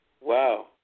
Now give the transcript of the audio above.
Wow